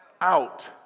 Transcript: out